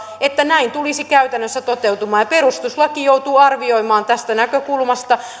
että näin tulisi käytännössä toteutumaan ja perustuslakivaliokunta joutuu arvioimaan tästä näkökulmasta